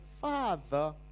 Father